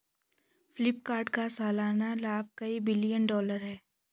फ्लिपकार्ट का सालाना लाभ कई बिलियन डॉलर है